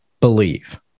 believe